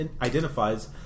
identifies